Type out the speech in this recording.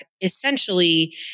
essentially